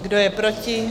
Kdo je proti?